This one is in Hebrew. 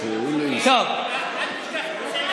נצרת.